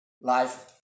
life